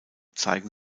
zeigen